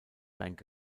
bank